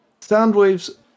Soundwave's